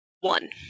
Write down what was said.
One